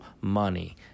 money